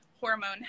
Hormone